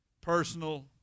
personal